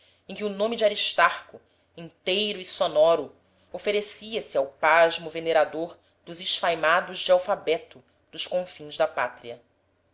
em que o nome de aristarco inteiro e sonoro oferecia se ao pasmo venerador dos esfaimados de alfabeto dos confins da pátria